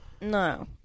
No